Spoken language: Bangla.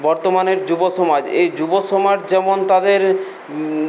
বর্তমানের যুব সমাজ এই যুব সমাজ যেমন তাদের